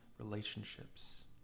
relationships